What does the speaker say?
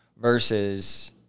versus